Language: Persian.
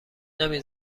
نمی